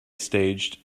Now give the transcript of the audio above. staged